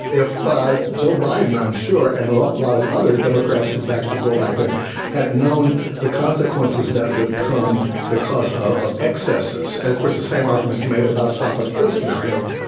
if joe biden, i'm sure and a lot lot of other democrats who back the bill back then had known the consequences that would come because ah of excesses, of course, the same arguments made about stop and frisk. now, you know,